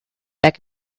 back